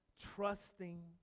Trusting